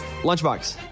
Lunchbox